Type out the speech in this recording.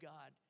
God